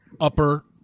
upper